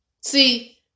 See